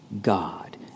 God